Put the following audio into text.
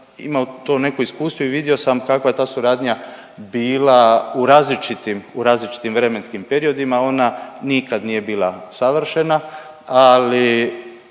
imao to neko iskustvo i vidio sam kakva je ta suradnja bila u različitim vremenskim periodima. Ona nikad nije bila savršena, ali